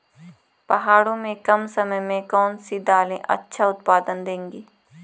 पहाड़ों में कम समय में कौन सी दालें अच्छा उत्पादन देंगी?